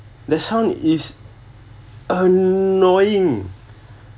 the sound is annoying